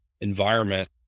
environment